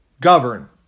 govern